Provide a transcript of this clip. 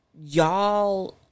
y'all